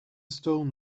stone